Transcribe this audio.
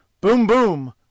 boom-boom